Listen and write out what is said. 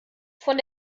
von